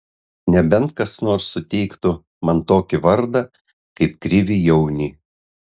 nebent kas nors suteiktų man tokį vardą kaip kriviui jauniui